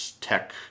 tech